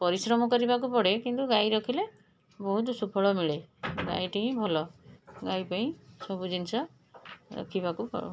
ପରିଶ୍ରମ କରିବାକୁ ପଡ଼େ କିନ୍ତୁ ଗାଈ ରଖିଲେ ବହୁତ ସୁଫଳ ମିଳେ ଗାଈଟି ହିଁ ଭଲ ଗାଈ ପାଇଁ ସବୁ ଜିନିଷ ରଖିବାକୁ ପ